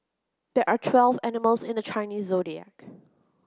there are twelve animals in the Chinese Zodiac